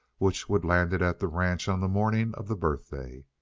which would land it at the ranch on the morning of the birthday.